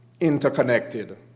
interconnected